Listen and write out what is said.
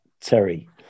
Terry